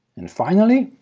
and finally,